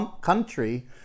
country